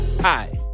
Hi